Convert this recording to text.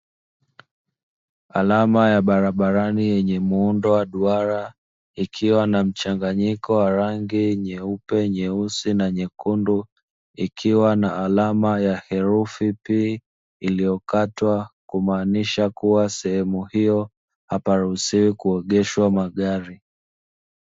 Alama ya barabarani yenye muundo wa duara ikiwa na mchanganyiko wa rangi nyeupe, nyeusi na nyekundu. Ikiwa na alama ya herufi "P" iliyokatwa, kumaanisha kuwa sehemu hiyo haparuhusiwi kuogeshwa magari.